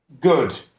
good